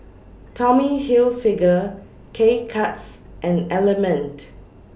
Tommy Hilfiger K Cuts and Element